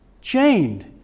Chained